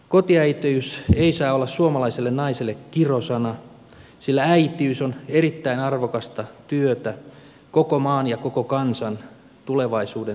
kotiäitiys ei saa olla suomalaiselle naiselle kirosana sillä äitiys on erittäin arvokasta työtä koko maan ja koko kansan tulevaisuuden hyväksi